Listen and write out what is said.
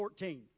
14